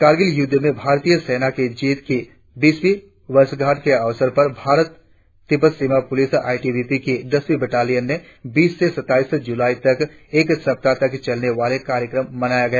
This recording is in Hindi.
कारगिल युद्ध में भारतीय सेना की जीत की बीसवीं वर्षगांठ के अवसर पर भारत तिब्बत सीमा पुलिस की दसवीं बटालियन ने बीस से सत्ताईस जुलाई तक एक सप्ताह तक चलने वाले कार्यक्रम मनाया गया